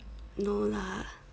no lah